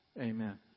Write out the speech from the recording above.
amen